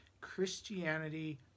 Christianity